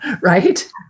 Right